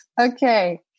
Okay